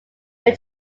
were